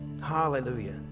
Hallelujah